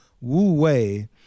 wu-wei